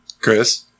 Chris